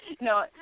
No